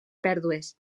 pèrdues